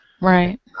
Right